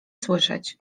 słyszeć